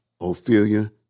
Ophelia